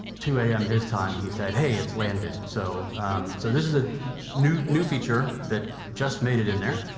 two am his time, he said, hey, it's landed! so so this is a new new feature that just made it in there.